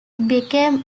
became